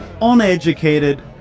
uneducated